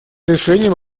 решением